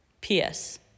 P.S